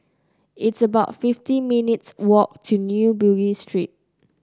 it's about fifty minutes' walk to New Bugis Street